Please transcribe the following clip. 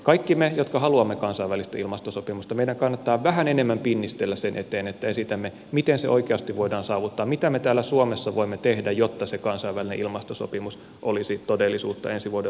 kaikkien meidän jotka haluamme kansainvälistä ilmastosopimusta kannattaa vähän enemmän pinnistellä sen eteen että esitämme miten se oikeasti voidaan saavuttaa mitä me täällä suomessa voimme tehdä jotta se kansainvälinen ilmastosopimus olisi todellisuutta ensi vuoden loppupuolella